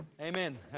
Amen